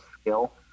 skill